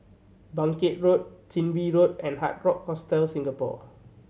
Bangkit Road Chin Bee Road and Hard Rock Hostel Singapore